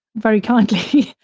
very kindly,